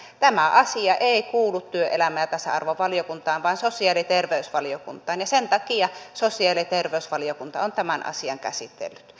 tämä asia ei kuulu työelämä ja tasa arvovaliokuntaan vaan sosiaali ja terveysvaliokuntaan ja sen takia sosiaali ja terveysvaliokunta on tämän asian käsitellyt